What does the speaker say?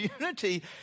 unity